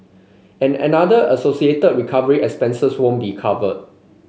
and another associated recovery expenses won't be covered